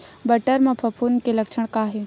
बटर म फफूंद के लक्षण का हे?